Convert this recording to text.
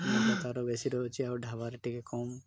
ମୂଲ୍ୟ ତା'ର ବେଶୀ ରହୁଛି ଆଉ ଢାବାରେ ଟିକେ କମ୍